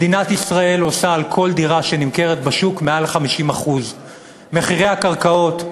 מדינת ישראל עושה על כל דירה שנמכרת בשוק מעל 50%. מחירי הקרקעות,